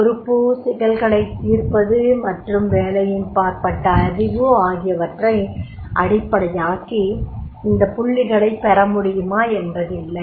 பொறுப்பு சிக்கலைத் தீர்ப்பது மற்றும் வேலையின்பார்ப்பட்ட அறிவு ஆகியவற்றை அடிப்படையாக்கி இந்த புள்ளிகளைப் பெற முடியுமா என்பது இல்லை